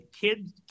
Kids